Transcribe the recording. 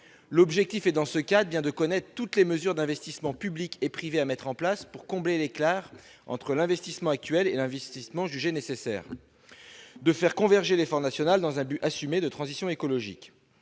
l'objectif est, dans ce cas d'vient de connaître toutes les mesures d'investissements publics et privés à mettre en place pour combler les entre l'investissement actuel et l'investissement jugé nécessaire de faire converger les Front national dans un but de transition écologique,